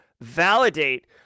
validate